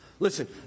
Listen